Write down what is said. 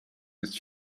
ist